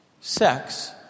sex